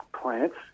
plants